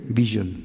vision